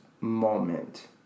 moment